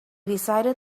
decided